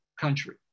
country